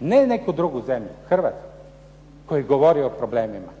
ne neku drugu zemlju, Hrvatsku, koji govori o problemima